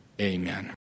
Amen